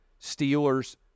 Steelers